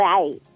Right